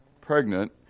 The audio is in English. pregnant